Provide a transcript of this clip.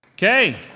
Okay